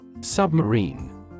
Submarine